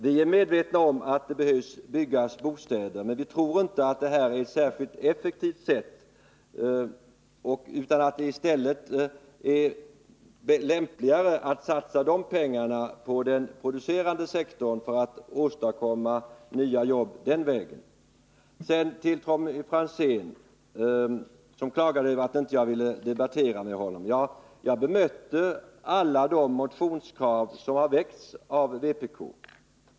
Vi är medvetna om att det behöver byggas bostäder, men vi tror inte att det är ett särskilt effektivt sätt som det här är fråga om utan att det är lämpligare att satsa pengarna på den producerande sektorn för att åstadkomma nya jobb den vägen. Tommy Franzén klagade över att jag inte ville debattera med honom. Jag bemötte alla de motionskrav som har ställts av vpk.